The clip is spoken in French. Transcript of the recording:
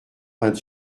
vingt